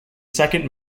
second